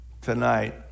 tonight